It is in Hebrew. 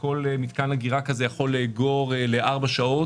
כאשר כל מתקן אגירה כזה יכול לאגור לארבע שעות,